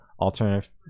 alternative